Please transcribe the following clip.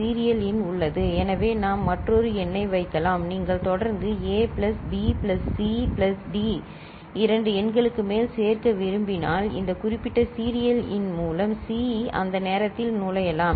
serial இன் உள்ளது எனவே நாம் மற்றொரு எண்ணை வைக்கலாம் நீங்கள் தொடர்ந்து A plus B plus C plus D இரண்டு எண்களுக்கு மேல் சேர்க்க விரும்பினால் இந்த குறிப்பிட்ட சீரியல் இன் மூலம் சி அந்த நேரத்தில் நுழையலாம்